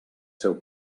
seu